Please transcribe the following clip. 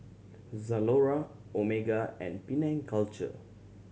Zalora Omega and Penang Culture